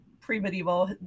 pre-medieval